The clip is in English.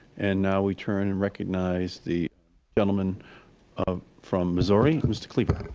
and now we turn and recognize the gentleman um from missouri, mr. cleaver.